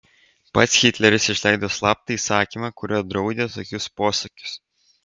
pats hitleris išleido slaptą įsakymą kuriuo draudė tokius posakius